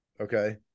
Okay